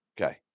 Okay